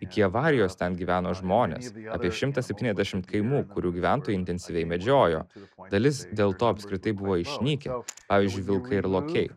iki avarijos ten gyveno žmonės apie šimtas septyniasdešimt kaimų kurių gyventojai intensyviai medžiojo dalis dėl to apskritai buvo išnykę pavyzdžiui vilkai ir lokiai